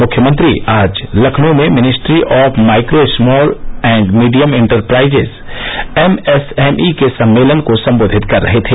मुख्यमंत्री आज लखनऊ में ministry of micro small and medium enterprises M S M E के सम्मेलन को सम्बोधित कर रहे थे